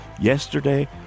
Yesterday